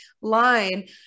line